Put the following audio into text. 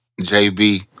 JB